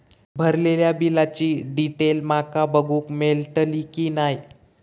भरलेल्या बिलाची डिटेल माका बघूक मेलटली की नाय?